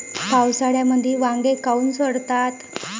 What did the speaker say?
पावसाळ्यामंदी वांगे काऊन सडतात?